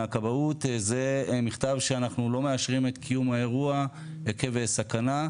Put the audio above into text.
מהכבאות זה מכתב שאנחנו לא מאשרים את קיום האירוע עקב סכנה,